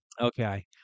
Okay